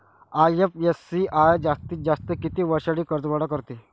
IFCI जास्तीत जास्त किती वर्षासाठी कर्जपुरवठा करते?